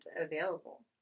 available